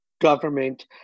government